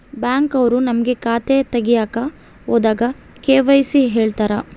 Bank ಅವ್ರು ನಮ್ಗೆ ಖಾತೆ ತಗಿಯಕ್ ಹೋದಾಗ ಕೆ.ವೈ.ಸಿ ಕೇಳ್ತಾರಾ?